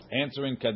answering